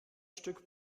stück